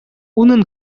унӑн